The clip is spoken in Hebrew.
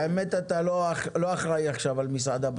האמת אתה לא אחראי עכשיו על המשרד לבט"פ,